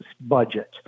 budget